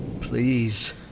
Please